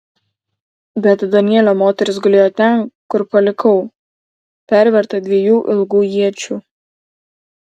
bet danielio moteris gulėjo ten kur palikau perverta dviejų ilgų iečių